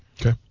Okay